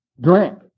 drink